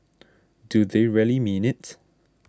do they really mean it